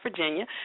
Virginia